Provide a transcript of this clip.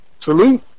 Salute